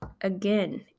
again